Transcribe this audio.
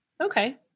Okay